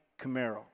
Camaro